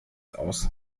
aus